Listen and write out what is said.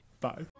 Bye